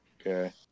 Okay